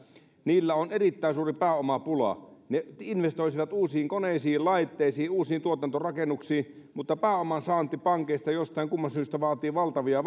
niillä on erittäin suuri pääomapula ne investoisivat uusiin koneisiin laitteisiin uusiin tuotantorakennuksiin mutta pääoman saanti pankeista jostain kumman syystä vaatii valtavia